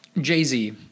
Jay-Z